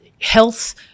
health